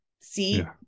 See